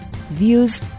views